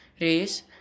race